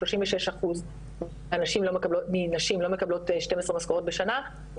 36 אחוזים מנשים לא מקבלות 12 משכורות בשנה,